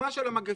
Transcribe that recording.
בעיצומה של המגפה,